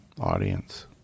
audience